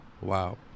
Wow